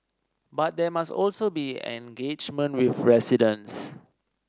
but there must also be engagement with residents